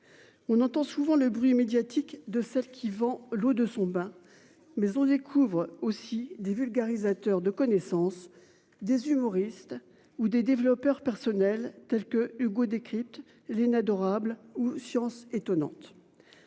On entend souvent le bruit médiatique de celle qui vend l'eau de son bain, mais on découvre aussi des vulgarisateur de connaissance des humoristes ou des développeurs personnels tels que Hugo décrypte les adorable ou science étonnante.